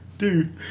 Dude